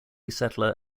settler